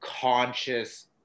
conscious